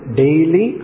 daily